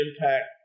impact